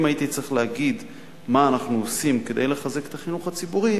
אם הייתי צריך להגיד מה אנחנו עושים כדי לחזק את החינוך הציבורי,